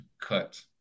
cut